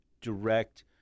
direct